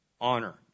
honor